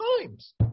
times